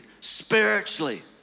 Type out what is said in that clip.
spiritually